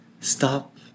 stop